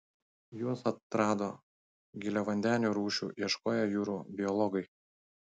juos atrado giliavandenių rūšių ieškoję jūrų biologai